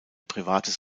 privates